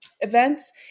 events